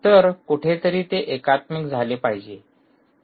तर कुठेतरी ते एकात्मिक झाले पाहिजे